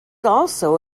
also